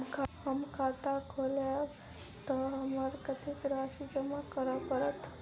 हम खाता खोलेबै तऽ हमरा कत्तेक राशि जमा करऽ पड़त?